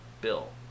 Bill